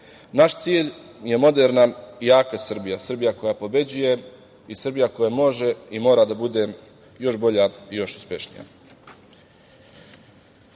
Naš cilj je moderna i jaka Srbija, Srbija koja pobeđuje i Srbija koja može i mora da bude još bolja i još uspešnija. Danas